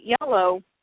yellow